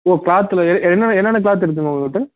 ஓ க்ளாத்தில் என்னென்ன என்னென்ன க்ளாத்து இருக்குது மேம் உங்கக்கிட்டே